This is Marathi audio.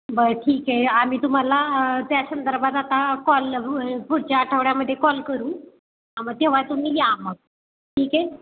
बरं ठीक आहे आम्ही तुम्हाला त्या संदर्भात आता कॉल पुढच्या आठवड्यामध्ये कॉल करू आम तेव्हा तुम्ही या मग ठीक आहे